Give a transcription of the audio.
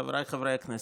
חבריי חברי הכנסת,